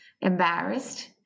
embarrassed